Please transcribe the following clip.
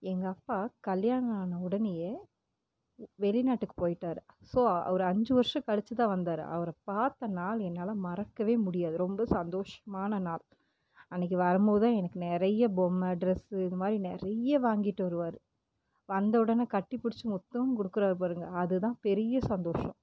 எங்கள் அப்பா கல்யாணம் ஆன உடனேயே வெளிநாட்டுக்கு போய்ட்டார் ஸோ அவர் அஞ்சு வருஷம் கழிச்சி தான் வந்தார் அவரை பார்த்த நாள் என்னால் மறக்கவே முடியாது ரொம்ப சந்தோஷமான நாள் அன்னக்கு வரம்போது தான் எனக்கு நிறைய பொம்மை ட்ரெஸ்ஸு இது மாரி நிறைய வாங்கிட்டு வருவார் வந்த உடனே கட்டிப்பிடிச்சு முத்தமும் கொடுக்குறாரு பாருங்கள் அது தான் பெரிய சந்தோஷம்